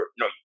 no